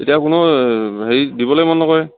এতিয়া কোনো হেৰি দিবলৈ মন নকৰে